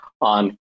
on